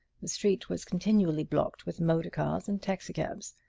the street was continually blocked with motor cars and taxicabs.